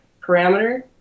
parameter